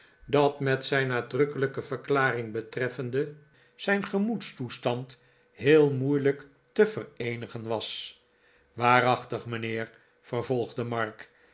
dat met zijn nadrukkelijke verklaring betreffende zijn gemoedstoestand heel moeilijk te vereenigen was waarachtig mijnheer vervolgde mark